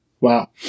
Wow